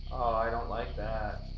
i don't like that.